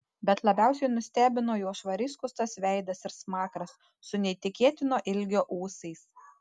bet labiausiai nustebino jo švariai skustas veidas ir smakras su neįtikėtino ilgio ūsais